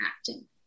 acting